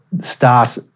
start